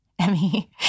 Emmy